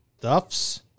Duff's